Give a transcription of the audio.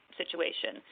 situation